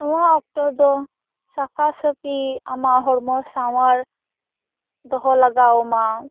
ᱱᱚᱣᱟ ᱚᱠᱛᱚ ᱫᱚ ᱥᱟᱯᱷᱟ ᱥᱟᱹᱯᱷᱤ ᱟᱢᱟᱜ ᱦᱚᱲᱢᱚ ᱥᱟᱶᱟᱨ ᱫᱚᱦᱚ ᱞᱟᱜᱟᱣ ᱟᱢᱟ